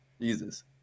Jesus